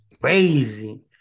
crazy